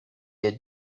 est